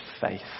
faith